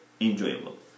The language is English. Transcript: enjoyable